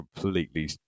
completely